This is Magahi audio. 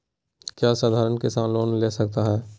क्या साधरण किसान लोन ले सकता है?